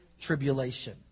Tribulation